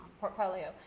portfolio